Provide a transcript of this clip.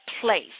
place